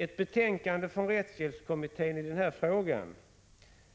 Ett betänkande från rättshjälpskommittén i den här frågan